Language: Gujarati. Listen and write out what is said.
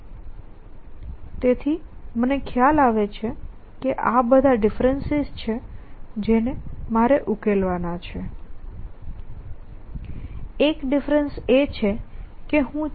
અને તેથી મને ખ્યાલ આવે કે આ બધા ડિફરેન્સિસ છે જેને મારે ઉકેલવા છે